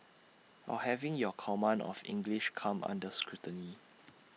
or having your command of English come under scrutiny